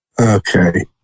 Okay